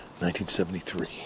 1973